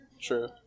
true